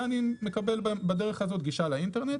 ואני מקבל בדרך הזאת גישה לאינטרנט.